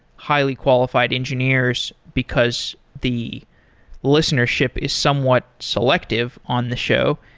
highly qualified engineers because the listenership is somewhat selective on the show,